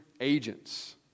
agents